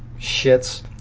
shits